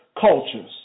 cultures